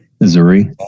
Missouri